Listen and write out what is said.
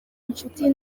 inshuti